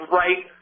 right